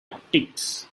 optics